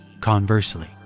conversely